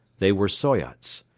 they were soyots.